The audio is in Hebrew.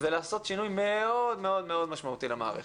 ולעשות שינוי מאוד מאוד משמעותי למערכת.